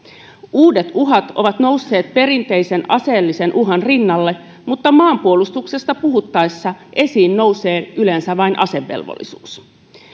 uudet uhat ovat nousseet perinteisen aseellisen uhan rinnalle mutta maanpuolustuksesta puhuttaessa esiin nousee yleensä vain asevelvollisuus